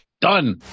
Done